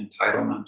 entitlement